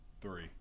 three